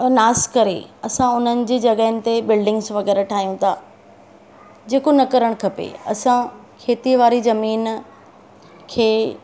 नासु करे असां उन्हनि जी जॻहियुनि ते बिल्डिंग्स वग़ैरह ठाहियूं था जेको न करणु खपे असां खेती वारी ज़मीन खे